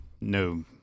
no